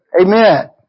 Amen